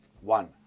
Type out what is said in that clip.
one